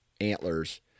antlers